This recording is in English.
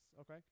Okay